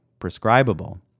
prescribable